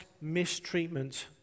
mistreatment